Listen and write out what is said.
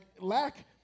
lack